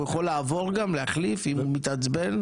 הוא יכול לעבור גם, להחליף אם הוא מתעצבן?